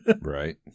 Right